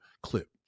clip